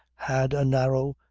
had a narrow,